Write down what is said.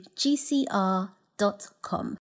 gcr.com